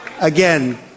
Again